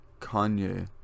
Kanye